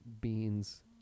Beans